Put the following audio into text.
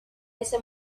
ese